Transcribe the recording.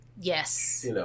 Yes